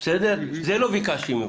את זה לא ביקשתי ממך.